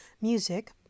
Music